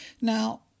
Now